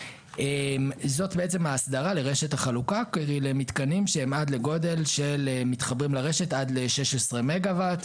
זאת האסדרה לרשת החלוקה למתקנים של מתחברים לרשת עד ל-16 מגה וואט.